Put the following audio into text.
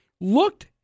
looked